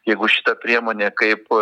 jeigu šita priemonė kaip